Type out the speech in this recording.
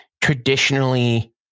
traditionally